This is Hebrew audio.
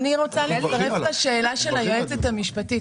אני רוצה להצטרף לשאלה של היועצת המשפטית.